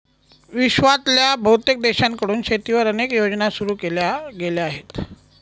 विश्वातल्या बहुतेक देशांकडून शेतीवर अनेक योजना सुरू केल्या गेल्या आहेत